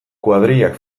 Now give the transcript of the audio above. kuadrillak